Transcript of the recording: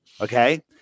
okay